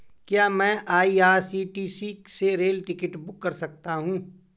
क्या मैं आई.आर.सी.टी.सी से रेल टिकट बुक कर सकता हूँ?